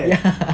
ya